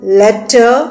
letter